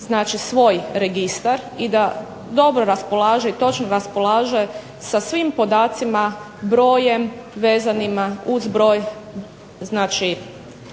znači svoj registar, i da dobro raspolaže i točno raspolaže sa svim podacima, brojem vezanima uz broj znači